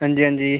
हांजी हांजी